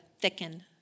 thicken